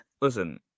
listen